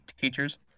teachers